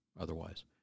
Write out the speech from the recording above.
Otherwise